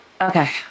Okay